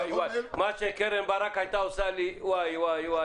מה קרן ברק הייתה עושה לי וואי, וואי.